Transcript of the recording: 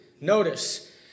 Notice